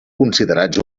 considerats